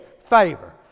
favor